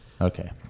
Okay